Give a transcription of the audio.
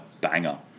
banger